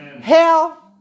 hell